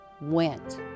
went